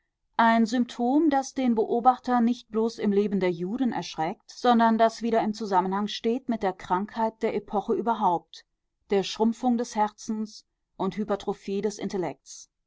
ein symptom das den beobachter nicht bloß im leben der juden erschreckt sondern das wieder im zusammenhang steht mit der krankheit der epoche überhaupt der schrumpfung des herzens und hypertrophie des intellekts